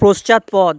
পশ্চাৎপদ